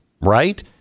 right